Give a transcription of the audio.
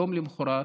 יום למוחרת,